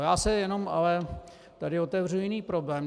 Já se jenom ale tady otevřu jiný problém.